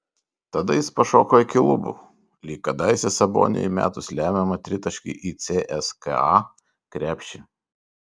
tada jis pašoko iki lubų lyg kadaise saboniui įmetus lemiamą tritaškį į cska krepšį